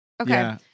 Okay